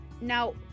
now